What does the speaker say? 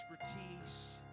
expertise